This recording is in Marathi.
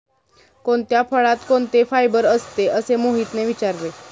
कोणत्या फळात कोणते फायबर असते? असे मोहितने विचारले